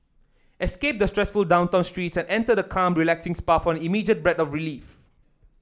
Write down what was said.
escape the stressful downtown streets and enter the calm relaxing spa for an immediate breath of relief